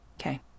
okay